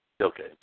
Okay